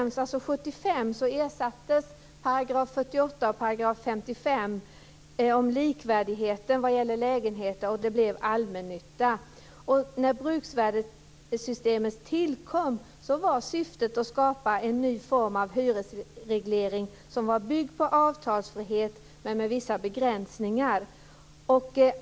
1975 ersattes 48 § och 55 § om likvärdigheten vad gäller lägenheter, och det blev allmännyttan. När bruksvärdessystemet tillkom var syftet att skapa en ny form av hyresreglering, som var byggd på avtalsfrihet men med vissa begränsningar.